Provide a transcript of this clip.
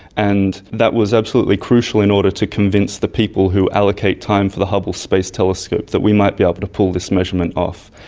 and that was absolutely crucial in order to convince the people who allocate time for the hubble space telescope that we might be able to pull this measurement off,